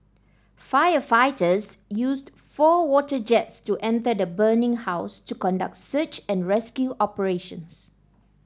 firefighters used four water jets to enter the burning house to conduct search and rescue operations